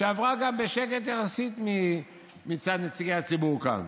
שעברה גם בשקט יחסית מצד נציגי הציבור כאן.